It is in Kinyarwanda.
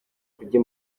kurya